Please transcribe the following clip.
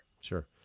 Sure